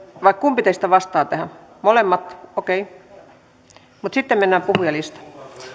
vai kumpi teistä vastaa tähän molemmat okei mutta sitten mennään kyllä puhujalistaan